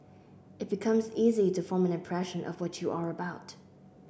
it becomes easy to form an impression of what you are about